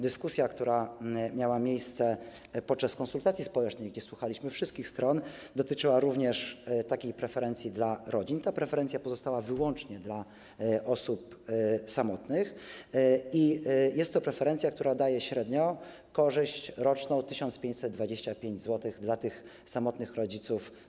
Dyskusja, która miała miejsce podczas konsultacji społecznych, gdzie słuchaliśmy wszystkich stron, dotyczyła również takich preferencji dla rodzin, ale ta preferencja pozostała wyłącznie dla osób samotnych i jest to preferencja, która daje korzyść średnio w wysokości 1525 zł w skali roku dla tych samotnych rodziców.